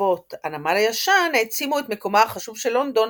חורבות הנמל הישן העצימו את מקומה החשוב של לונדון